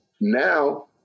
Now